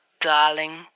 darling